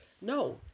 No